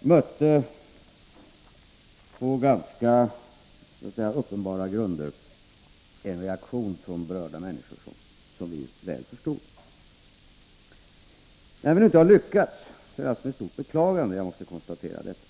från berörda människor på ganska uppenbara grunder mötts av en reaktion, som vi väl förstod. När vi nu inte har lyckats är det alltså med stort beklagande som jag måste konstatera detta.